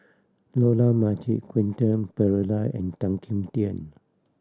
Dollah Majid Quentin Pereira and Tan Kim Tian